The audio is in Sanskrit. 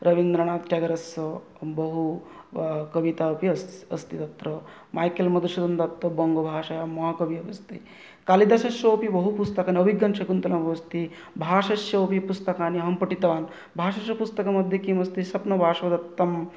रविन्द्रनाथ टेगरस्य बहु कविता अपि अस् अस्ति तत्र मैक्कल् मधुसूदन दत्त बङ्गभाषया महाकवि अस्ति कालिदासस्य अपि बहु पुस्तकम् अभिज्ञानशाकुन्तलम् अस्ति भासस्य अपि पुस्तकानि अहं पठितवान् भासस्य पुस्तकमध्ये किम् अस्ति स्वप्नवासवदत्तम्